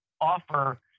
offer